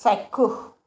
চাক্ষুষ